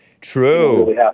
True